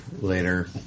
later